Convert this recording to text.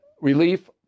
relief